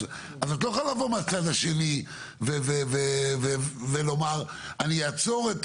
אז את לא יכולה לבוא מהצד השני ולומר אני אעצור,